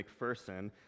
McPherson